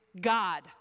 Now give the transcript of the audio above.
God